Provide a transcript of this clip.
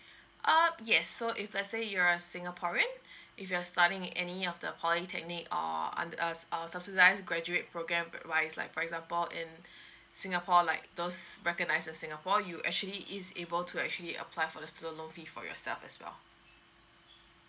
uh yes so if let's say you are a singaporean if you are studying in any of the polytechnic or under us or subsidised graduate programme where it's like for example in singapore like those recognised in singapore you actually is able to actually apply for the student loan fee for yourself as well